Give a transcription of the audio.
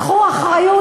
קחו אחריות,